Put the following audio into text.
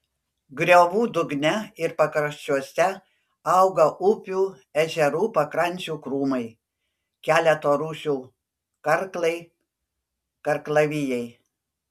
griovų dugne ir pakraščiuose auga upių ežerų pakrančių krūmai keleto rūšių karklai karklavijai